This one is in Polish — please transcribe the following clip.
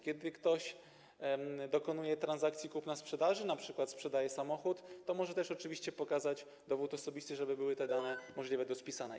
Kiedy ktoś dokonuje transakcji kupna-sprzedaży, np. sprzedaje samochód, to może też oczywiście pokazać dowód osobisty, żeby były te dane możliwe do spisania.